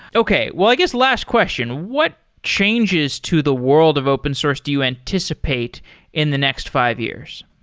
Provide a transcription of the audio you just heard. okay. well, i guess last question. what changes to the world of open source do you anticipate in the next five years?